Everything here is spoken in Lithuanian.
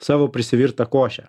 savo prisivirtą košę